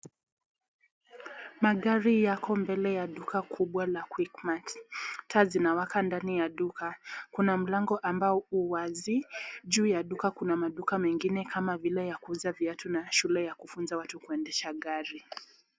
Mandhari yako mbele ya duka kubwa la Quickmart. Taa zinawaka ndani ya duka. Kuna mlango ambao u wazi. Juu ya duka kuna maduka mengine kama vile ya kuuza viatu na shule ya kufunza watu kuendesha gari.